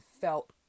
felt